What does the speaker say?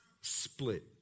split